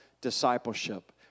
discipleship